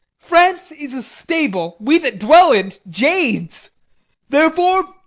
france is a stable we that dwell in't jades therefore,